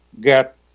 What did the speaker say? get